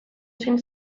zen